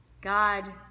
God